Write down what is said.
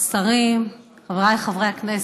שרים, חבריי חברי הכנסת,